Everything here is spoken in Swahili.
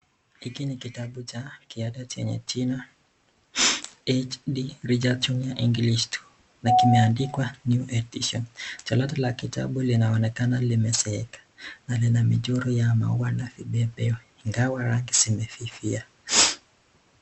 Hiki ni kitabu cha kiada chenye jina HD rejaction ya English na kimeandikwa new edition . Jalada la kitabu linaonekana limezeka na lina michoro ya maua na vipepeo. ingawa rangi zimefifia.